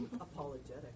Apologetic